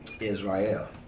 Israel